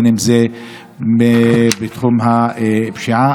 גם בתחום הפשיעה.